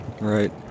Right